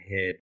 head